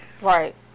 Right